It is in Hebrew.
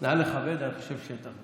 אתה חרפה, השר אלי אבידר.